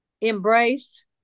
embrace